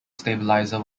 stabilizer